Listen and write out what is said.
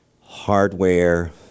hardware